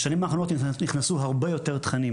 בשנים האחרונות נכנסו הרבה יותר תכנית